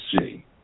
see –